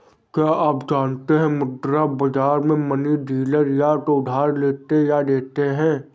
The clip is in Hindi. क्या आप जानते है मुद्रा बाज़ार में मनी डीलर या तो उधार लेते या देते है?